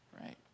right